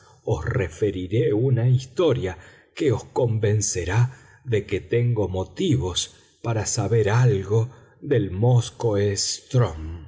os referiré una historia que os convencerá de que tengo motivos para saber algo del móskoe strm me